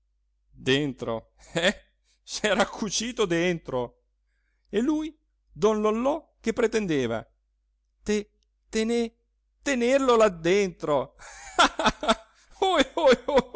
dentro eh s'era cucito dentro e lui don lollò che pretendeva te tene tenerlo là dentro ah ah ah